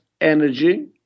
energy